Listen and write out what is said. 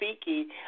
speaking